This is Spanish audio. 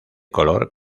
color